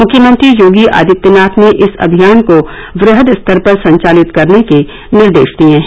मुख्यमंत्री योगी आदित्यनाथ ने इस अभियान को वृहद स्तर पर संचालित करने के निर्देश दिए हैं